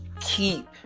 keep